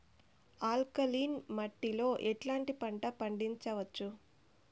Alkaline మట్టి లో ఎట్లాంటి పంట పండించవచ్చు,?